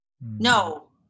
No